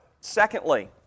Secondly